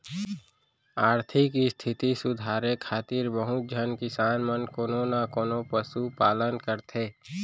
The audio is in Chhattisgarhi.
आरथिक इस्थिति सुधारे खातिर बहुत झन किसान मन कोनो न कोनों पसु पालन करथे